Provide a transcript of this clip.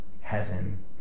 heaven